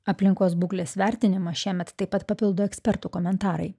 aplinkos būklės vertinimą šiemet taip pat papildo ekspertų komentarai